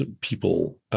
people –